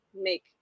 make